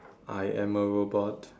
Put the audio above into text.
I am a robot